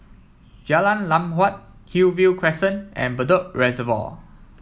Jalan Lam Huat Hillview Crescent and Bedok Reservoir